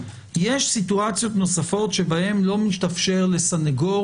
יש מצבים נוספים שבהם לא מתאפשר לסנגור